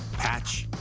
patch,